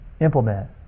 implement